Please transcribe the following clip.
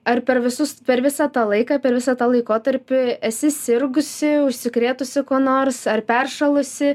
ar per visus per visą tą laiką per visą tą laikotarpį esi sirgusi užsikrėtusi kuo nors ar peršalusi